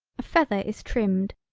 a feather is trimmed,